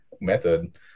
method